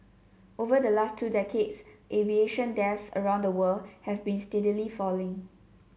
over the last two decades aviation deaths around the world have been steadily falling